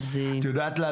אבל צריך לחשוב